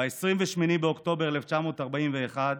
"ב-28 באוקטובר 1941,